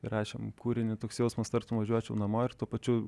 įrašėm kūrinį toks jausmas tartum važiuočiau namo ir tuo pačiu